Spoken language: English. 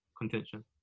contention